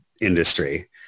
industry